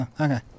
Okay